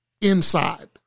inside